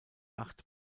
acht